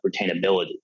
retainability